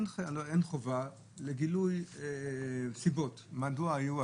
אין חובה לגילוי סיבות, מדוע היו עשרה,